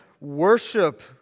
worship